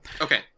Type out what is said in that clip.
Okay